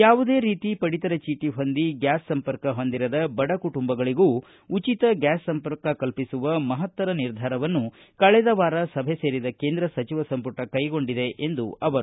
ಯಾವುದೇ ರೀತಿ ಪಡಿತರ ಚೀಟಿ ಹೊಂದಿ ಗ್ಯಾಸ್ ಸಂಪರ್ಕ ಹೊಂದಿರದ ಬಡ ಕುಟುಂಬಗಳಗೂ ಉಚಿತ ಗ್ಯಾಸ್ ಸಂಪರ್ಕ ಕಲ್ಪಿಸುವ ಮಹತ್ತರ ನಿರ್ಧಾರವನ್ನು ಕಳೆದ ವಾರ ಸಭೆ ಸೇರಿದ ಕೇಂದ್ರ ಸಚಿವ ಸಂಪುಟ ಕೈಗೊಂಡಿದೆ ಎಂದರು